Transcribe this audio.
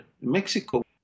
Mexico